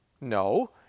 No